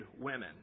women